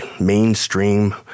mainstream